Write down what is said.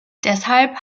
deshalb